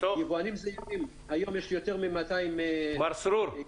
יבואנים זעירים היום יש יותר מ-200 --- מר סרור,